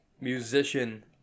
musician